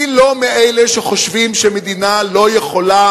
אני לא מאלה שחושבים שמדינה לא יכולה